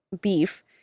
beef